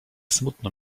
smutno